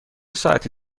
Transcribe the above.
ساعتی